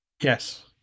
Yes